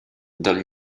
del